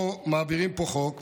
מעבירים פה חוק,